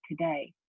today